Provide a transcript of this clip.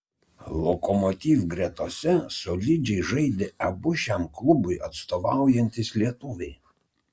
lokomotiv gretose solidžiai žaidė abu šiam klubui atstovaujantys lietuviai